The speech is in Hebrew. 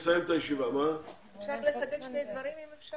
אפשדר לחדד איזה דבר?